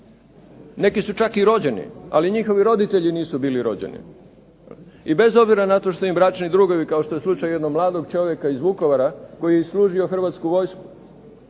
Neki su čak i rođeni, ali njihovi roditelji nisu bili rođeni. I bez obzira na to što im bračni drugovi kao što je slučaj jednog mladog čovjeka iz Vukovara koji je služio Hrvatsku vojsku,